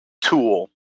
tool